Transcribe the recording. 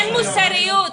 אין מוסריות.